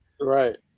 Right